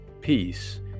Peace